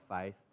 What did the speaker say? faith